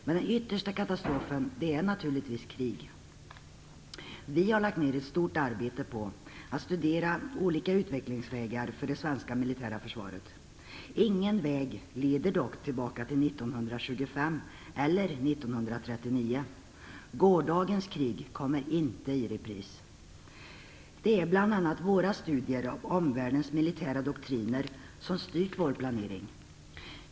Men den yttersta katastrofen är naturligtvis krig. Vi har lagt ned ett stort arbete på att studera olika utvecklingsvägar för det svenska militära försvaret. Ingen väg leder dock tillbaka till 1925 eller 1939. Gårdagens krig kommer inte i repris. Det är bl.a. våra studier av omvärldens militära doktriner som styrt vår planering.